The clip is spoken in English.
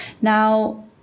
Now